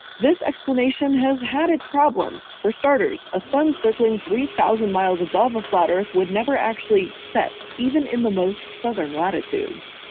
this explanation has had its problems. for starters, a sun circling three thousand miles above a flat earth would never actually set even in the most southern latitudes.